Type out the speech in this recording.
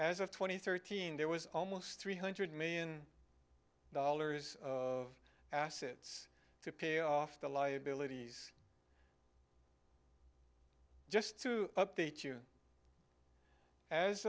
and thirteen there was almost three hundred million dollars of assets to pay off the liabilities just to update you as